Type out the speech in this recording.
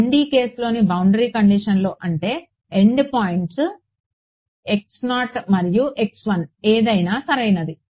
1D కేస్లోని boundary కండిషన్లు అంటే ఎండ్ పాయింట్స్ మరియు ఏదైనా సరైనది